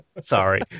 Sorry